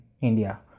India